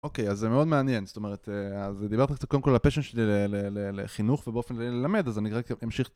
אוקיי, אז זה מאוד מעניין, זאת אומרת, אז דיברתי קצת קודם כל על הפשן שלי לחינוך ובאופן כללי ללמד, אז אני רק אמשיך.